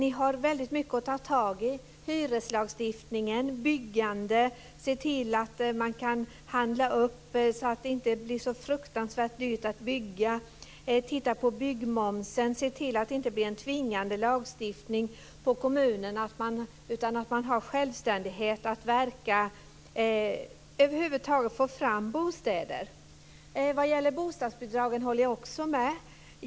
Ni har väldigt mycket att ta tag i, t.ex. hyreslagstiftningen, byggandet, se till att man kan göra upphandlingar så att det inte blir så fruktansvärt dyrt att bygga, titta på byggmomsen, se till att det inte blir en tvingande lagstiftning för kommunerna utan att de har självständighet att verka och att över huvud taget få fram bostäder. Vad gäller bostadsbidragen håller jag också med.